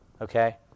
okay